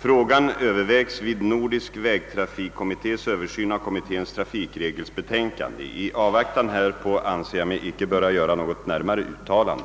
Frågan övervägs vid Nordisk vägtrafikkommittés översyn av kommitténs trafikregelsbetänkande. I avvaktan härpå anser jag mig icke böra göra något närmare uttalande.